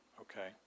Okay